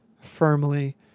firmly